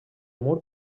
mur